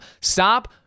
stop